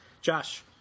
Josh